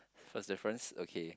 first difference okay